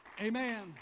Amen